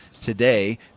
today